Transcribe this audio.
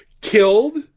killed